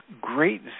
great